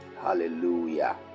Hallelujah